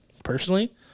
personally